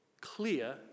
clear